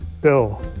Bill